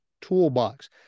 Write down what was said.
Toolbox